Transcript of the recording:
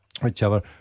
whichever